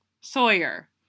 Sawyer